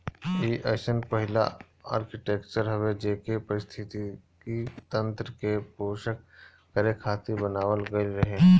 इ अइसन पहिला आर्कीटेक्चर हवे जेके पारिस्थितिकी तंत्र के पोषण करे खातिर बनावल गईल रहे